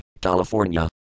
California